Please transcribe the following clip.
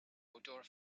outdoor